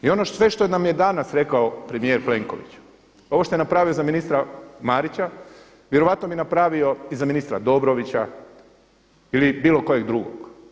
I ono sve što nam je danas rekao premijer Plenković, ovo što je napravio za ministra Marića, vjerojatno bi napravio i za ministra Dobrovića ili bilo kojeg drugog.